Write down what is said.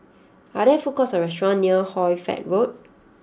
are there food courts or restaurants near Hoy Fatt Road